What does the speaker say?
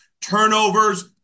Turnovers